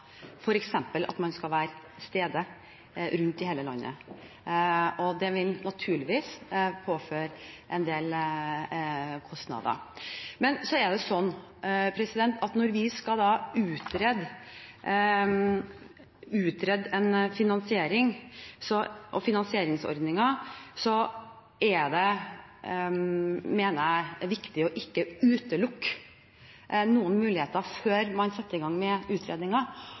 at man skal være til stede rundt i hele landet, og det vil naturligvis påføre en del kostnader. Men så er det sånn at når vi skal utrede finansiering og finansieringsordninger, er det, mener jeg, viktig ikke å utelukke noen muligheter før man setter i gang med